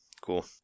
Cool